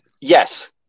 Yes